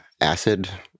acid